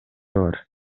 бар